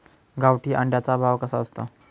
गावठी अंड्याचा भाव कसा असतो?